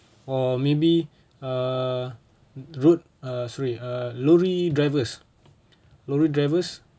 or maybe uh road uh sorry uh lorry drivers lorry drivers